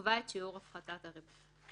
יקבע את שיעור הפחתת הריבית.